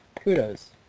kudos